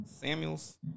samuels